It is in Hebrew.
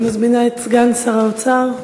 אני מזמינה את סגן שר האוצר,